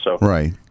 Right